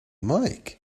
mike